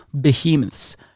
behemoths